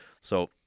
So-